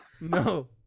No